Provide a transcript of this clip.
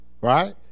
right